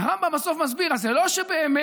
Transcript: אז הרמב"ם בסוף מסביר: זה לא שבאמת